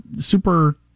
super